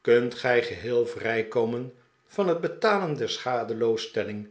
kunt gij geheel vrijkomen van het betalen der schadeloosstelling